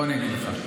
בוא אני אגיד לך,